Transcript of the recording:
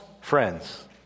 friends